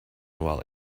while